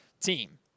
team